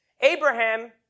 Abraham